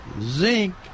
zinc